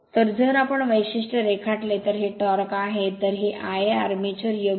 तर जर आपण वैशिष्ट्य रेखाटले तर हे टॉर्क आहे तर हे आयए आर्मेचर योग्य आहे